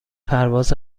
پرواز